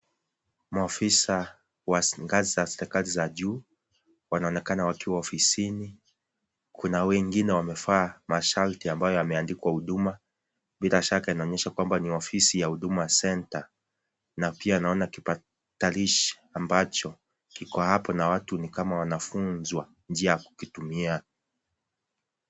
Maafisa wa ngazi za serikali za juu wanaonekana wakiwa ofisini kuna wengine wamevaa mashati ambayo yameandikwa huduma bila shaka inaonyesha kwamba ni ofisi ya Huduma Centre. Na pia naona kipakatalishi ambacho kiko hapo na watu ni kama wanafunzwa njia ya kukitumia